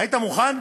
היית מוכן?